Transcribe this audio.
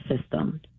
system